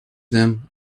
them